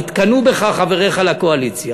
התקנאו בך חבריך לקואליציה